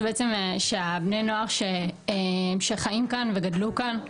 בעצם שבני הנוער שחיים כאן וגדלו כאן,